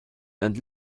and